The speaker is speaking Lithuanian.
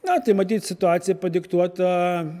na tai matyt situacija padiktuota